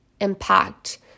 impact